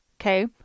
okay